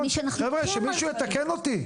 שמישהו יתקן אותי.